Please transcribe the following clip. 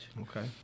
Okay